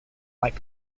like